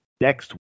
next